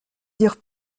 dire